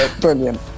brilliant